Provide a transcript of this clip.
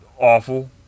awful